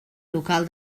local